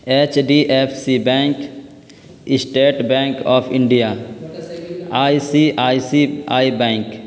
HDFC bank state bank of India ICICI bank